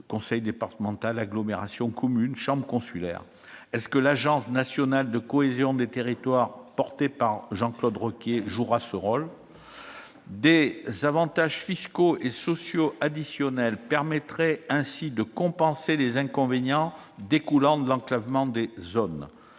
conseil départemental, agglomérations, communes et chambres consulaires. L'agence nationale de la cohésion des territoires, portée par Jean-Claude Requier, jouera-t-elle ce rôle ? Des avantages fiscaux et sociaux additionnels permettraient de compenser les inconvénients découlant de l'enclavement : des zones